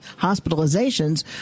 hospitalizations